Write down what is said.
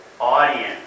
Audience